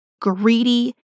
greedy